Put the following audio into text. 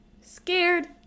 scared